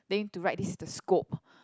then you need to write this is the scope